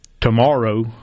Tomorrow